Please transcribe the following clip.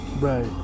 Right